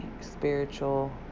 spiritual